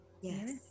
yes